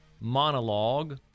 monologue